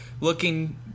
looking